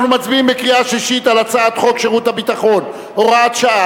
אנחנו מצביעים בקריאה שלישית על הצעת חוק שירות ביטחון (הוראת שעה)